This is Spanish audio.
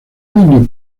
dueño